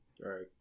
right